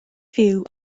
fyw